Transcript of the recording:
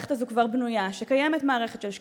שהמערכת הזאת כבר בנויה, שקיימת מערכת של שקיפות,